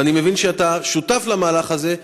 ואני מבין שאתה שותף למהלך הזה,